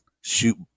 shoot